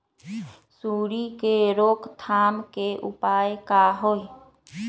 सूंडी के रोक थाम के उपाय का होई?